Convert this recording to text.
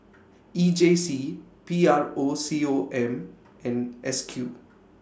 E J C P R O C O M and S Q